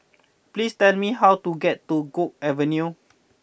please tell me how to get to Guok Avenue